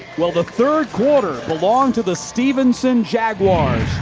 well the third quarter belonged to the stephenson jaguars.